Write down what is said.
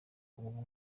ubu